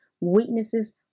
weaknesses